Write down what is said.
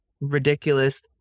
ridiculous